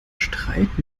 streit